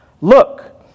Look